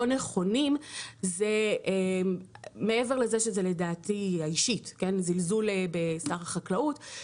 נכונים - מעבר לזה שלדעתי האישית זה זלזול בשר החקלאות,